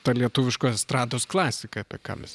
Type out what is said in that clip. ta lietuviško estrados klasika apie ką mes